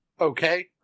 Okay